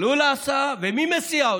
עלו להסעה, ומי מסיע אותם?